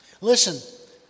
Listen